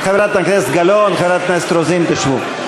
חברת הכנסת גלאון, חברת הכנסת רוזין, תשבו.